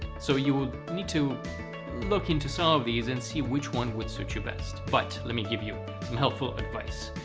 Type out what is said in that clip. so you would need to look into some of these and see which one would suit you best. but let me give you some helpful advice.